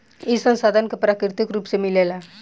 ई संसाधन के प्राकृतिक रुप से मिलेला